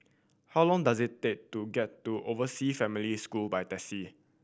how long does it take to get to Oversea Family School by taxi